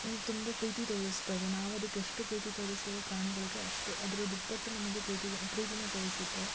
ಅವು ತುಂಬ ಪ್ರೀತಿ ತೋರಿಸ್ತವೆ ನಾವು ಅದಕ್ಕೆ ಎಷ್ಟು ಪ್ರೀತಿ ತೋರಿಸ್ತೇವೊ ಪ್ರಾಣಿಗಳಿಗೆ ಅಷ್ಟು ಅದ್ರ ದುಪ್ಪಟ್ಟು ನಮಗೆ ಪ್ರೀತಿ ಪ್ರೀತಿನ ತೋರಿಸುತ್ತೆ